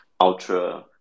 ultra